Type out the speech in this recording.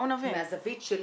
תראי,